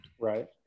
Right